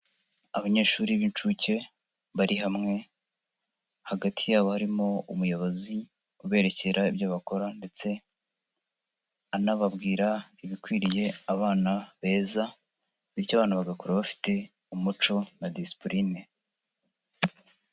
Abanyeshuri b'inshuke bari hamwe, hagati yabo harimo umuyobozi uberekera ibyo bakora, ndetse anababwira ibikwiriye abana beza, bityo abana bagakura bafite umuco na disipurine.